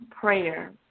prayer